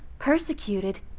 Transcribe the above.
persecuted,